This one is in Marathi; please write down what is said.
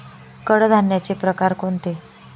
कडधान्याचे प्रकार कोणते?